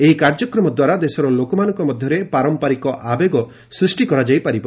ଏହି କାର୍ଯ୍ୟକ୍ରମ ଦ୍ୱାରା ଦେଶର ଲୋକମାନଙ୍କ ମଧ୍ୟରେ ପାରମ୍ପରିକ ଆବେଗ ସୃଷ୍ଟି କରିପାରିବ